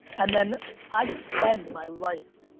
and then i spend my life,